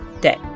day